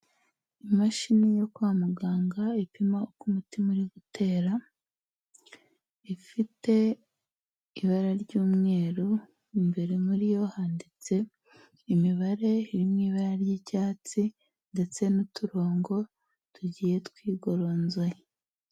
Imashini yo kwa muganga ipima uko umutima uri gutera, ifite ibara ry'umweru, imbere muri yo handitse imibare iri mu ibara ry'icyatsi ndetse n'uturongo tugiye twigoronzoye.